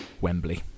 Wembley